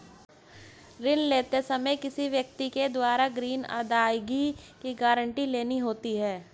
ऋण लेते समय किसी व्यक्ति के द्वारा ग्रीन अदायगी की गारंटी लेनी होती है